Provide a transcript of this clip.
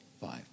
five